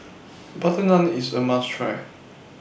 Butter Naan IS A must Try